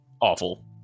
awful